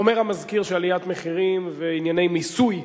אומר המזכיר שעליית מחירים וענייני מיסוי,